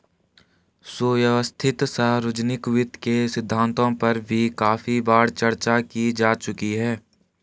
सुव्यवस्थित सार्वजनिक वित्त के सिद्धांतों पर भी काफी बार चर्चा की जा चुकी है